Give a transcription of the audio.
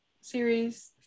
series